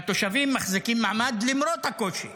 והתושבים מחזיקים מעמד למרות הקושי.